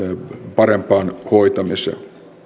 parempi hoitaminen